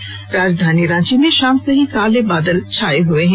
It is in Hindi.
वहीं राजधानी रांची में शाम से ही काले घर्न बादल छाये हुए हैं